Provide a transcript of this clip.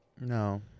No